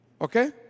Okay